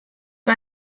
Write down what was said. war